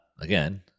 again